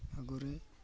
ଆଗରେ